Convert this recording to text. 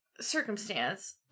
circumstance